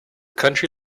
country